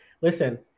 listen